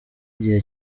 igihe